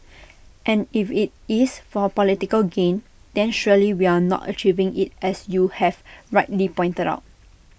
and if IT is for political gain then surely we are not achieving IT as you have rightly pointed out